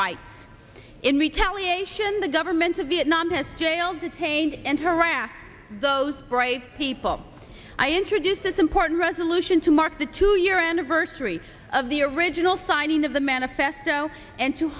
rights in retaliation the governments of vietnam has jailed detained and harassed those brave people i introduced this important resolution to mark the two year anniversary of the original signing of the manifesto and to